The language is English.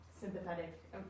sympathetic